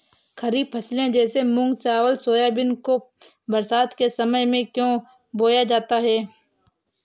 खरीफ फसले जैसे मूंग चावल सोयाबीन को बरसात के समय में क्यो बोया जाता है?